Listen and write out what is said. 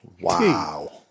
Wow